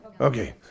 Okay